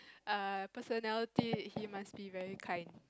err personality he must be very kind